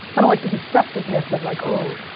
i don't like the deceptiveness of like, oh,